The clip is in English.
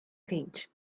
feet